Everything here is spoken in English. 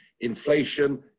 inflation